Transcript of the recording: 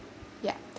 yeah